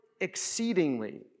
exceedingly